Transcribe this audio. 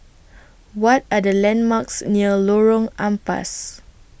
What Are The landmarks near Lorong Ampas